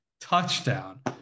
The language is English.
touchdown